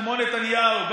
כמו נתניהו.